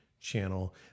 channel